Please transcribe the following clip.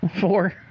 four